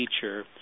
teacher